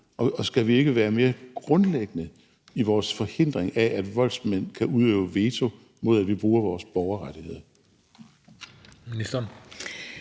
og skal vi ikke være mere grundlæggende i vores forhindring af, at voldsmænd kan udøve veto, mod at vi bruger vores borgerrettigheder? Kl.